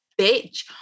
bitch